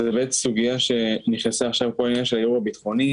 זאת באמת סוגייה שנכנסה עכשיו לכל העניין של הייעור הביטחוני.